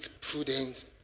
prudence